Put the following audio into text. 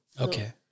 Okay